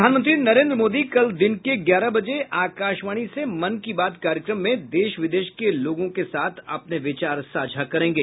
प्रधानमंत्री नरेन्द्र मोदी कल दिन के ग्यारह बजे आकाशवाणी पर मन की बात कार्यक्रम में देश विदेश के लोगों के साथ अपने विचार साझा करेंगे